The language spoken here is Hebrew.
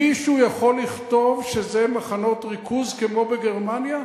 מישהו יכול לכתוב שזה מחנות ריכוז כמו בגרמניה?